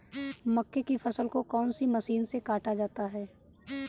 मक्के की फसल को कौन सी मशीन से काटा जाता है?